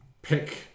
Pick